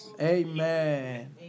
Amen